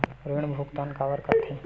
ऋण भुक्तान काबर कर थे?